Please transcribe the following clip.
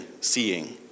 seeing